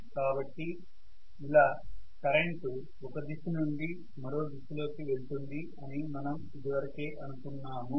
కాబట్టి ఇలా కరెంటు ఒక దిశ నుండి మరో దిశలోకి వెళ్తుంది అని మనం ఇది వరకే అనుకున్నాము